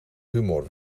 humor